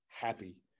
happy